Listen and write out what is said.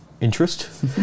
interest